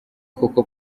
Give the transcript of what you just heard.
koko